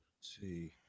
see